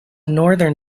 northern